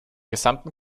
gesamten